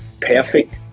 perfect